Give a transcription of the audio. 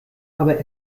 aber